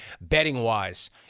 betting-wise